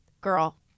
girl